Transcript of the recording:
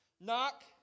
Knock